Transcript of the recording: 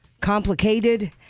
complicated